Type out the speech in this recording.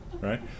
Right